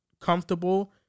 comfortable